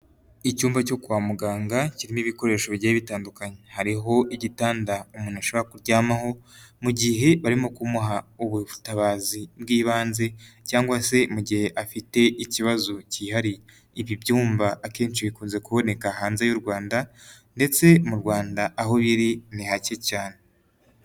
Icyumba cyo kwa muganga kirimo ibikoresho bigiye bitandukanye, hariho igitanda umuntu ashabora kuryamaho mu gihe barimo kumuha ubutabazi bw'ibanze, cyangwa se mu gihe afite ikibazo cyihariye. Ibi byumba akenshi bikunze kuboneka hanze y'u Rwanda, ndetse mu Rwanda aho biri ni hake cyane.